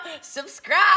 subscribe